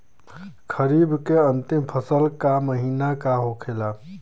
खरीफ के अंतिम फसल का महीना का होखेला?